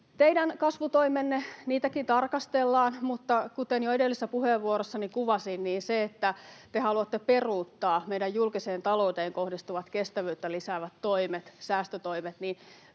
Teidänkin kasvutoimianne tarkastellaan, mutta kuten jo edellisessä puheenvuorossani kuvasin, niin se, että te haluatte peruuttaa meidän julkiseen talouteen kohdistuvat kestävyyttä lisäävät toimemme, säästötoimet,